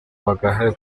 bagaheba